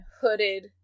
hooded